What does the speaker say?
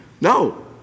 No